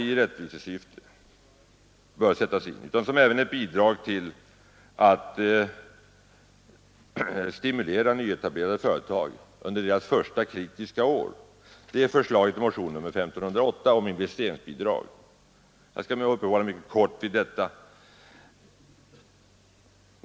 En åtgärd som bör sättas in inte bara i rättvisesyfte utan även för att stimulera nyetablerade företag under deras första kritiska år är förslaget i motionen 1508 om investeringsbidrag. Jag skall uppehålla mig mycket kort vid denna.